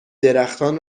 درختان